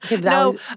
No